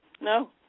No